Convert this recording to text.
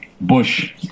bush